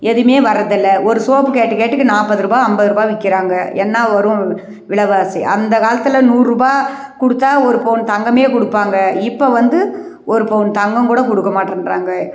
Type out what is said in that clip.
எதுவுமே வர்றதில்லை ஒரு சோப்பு கெட்ட கேட்டுக்கு நாற்பது ரூவா ஐம்பது ரூவா விற்கிறாங்க என்ன வரும் விலைவாசி அந்த காலத்தில் நூறுரூபா கொடுத்தா ஒரு பவுன் தங்கமே கொடுப்பாங்க இப்போ வந்து ஒரு பவுன் தங்கம்கூட கொடுக்கமாட்டேன்ட்றாங்க